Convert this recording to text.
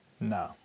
No